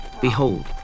behold